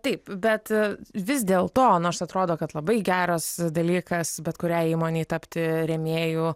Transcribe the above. taip bet vis dėl to nors atrodo kad labai geras dalykas bet kuriai įmonei tapti rėmėju